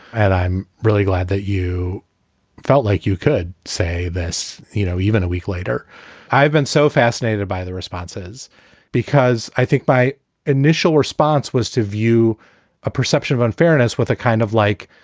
and i'm really glad that you felt like you could say this. you know, even a week later, i i've been so fascinated by the responses because i think my initial response was to view a perception of unfairness with a kind of like,